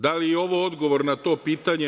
Da li je ovo odgovor na to pitanje?